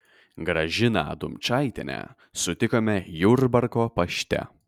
gražiną dumčaitienę sutikome jurbarko pašte